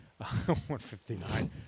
159